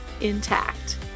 intact